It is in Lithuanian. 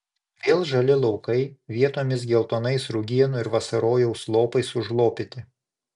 vėl žali laukai vietomis geltonais rugienų ir vasarojaus lopais užlopyti